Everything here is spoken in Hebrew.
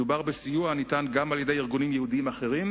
מדובר בסיוע הניתן גם על-ידי ארגונים יהודיים אחרים